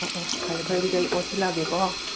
ꯑꯣꯍ ꯑꯣ ꯐꯔꯦ ꯐꯔꯦ ꯑꯗꯨꯗꯤ ꯑꯩ ꯑꯣꯟꯁꯤꯜꯂꯛꯂꯒꯦꯀꯣ